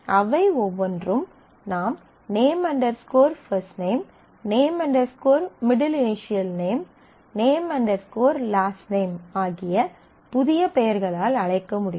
அவை ஒவ்வொன்றையும் நாம் name underscore first name name underscore middle initial name name underscore last name ஆகிய புதிய பெயர்களால் அழைக்க முடியும்